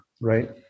right